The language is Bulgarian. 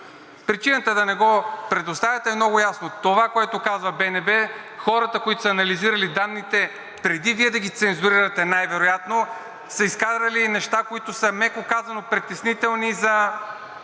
Причината да не го предоставяте е много ясна. Това, което казва БНБ – хората, които са анализирали данните, преди Вие да ги цензурирате, най-вероятно са изкарали неща, които са, меко казано, притеснителни за